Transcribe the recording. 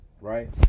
Right